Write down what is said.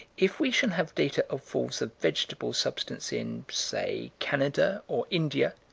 if we shall have data of falls of vegetable substance, in, say, canada or india,